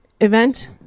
event